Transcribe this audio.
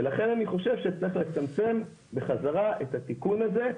ולכן אני חושב שצריך לצמצם בחזרה את התיקון הזה.